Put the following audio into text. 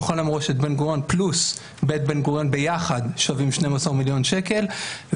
המכון למורשת בן-גוריון פלוס בית בן-גוריון ביחד שווים 12 מיליון שקלים.